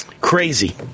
Crazy